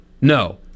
no